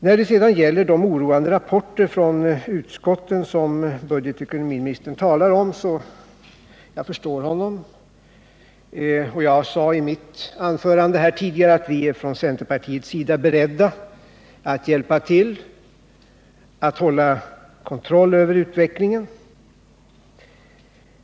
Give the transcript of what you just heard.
När det sedan gäller de oroande rapporter från utskotten som budgetoch ekonomiministern talade om förstår jag honom. Jag sade i mitt anförande tidigare att vi från centerpartiet är beredda att hjälpa till att hålla kontroll över utvecklingen.